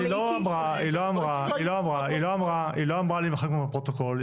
הייתי --- היא לא אמרה להימחק מהפרוטוקול.